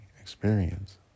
experience